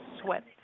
sweat